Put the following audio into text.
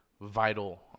vital